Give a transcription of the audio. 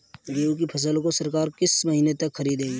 गेहूँ की फसल को सरकार किस महीने तक खरीदेगी?